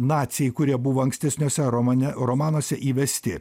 naciai kurie buvo ankstesniuose romane romanuose įvesti